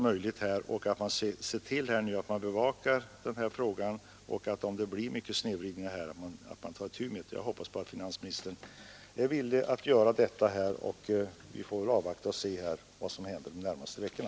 Man måste se till att bevaka den här frågan och ta itu med den om det blir mycket snedvridningar. Jag hoppas att finansministern är villig att göra detta, och vi får väl avvakta och se vad som händer de närmaste veckorna.